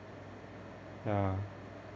ya